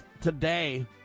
today